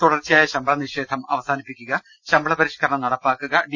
തുടർച്ചയായ ശമ്പള നിഷേധം അവസാനിപ്പിക്കുക ശമ്പള പരിഷ്കരണം നടപ്പി ലാക്കുക ഡി